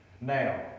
Now